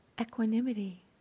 equanimity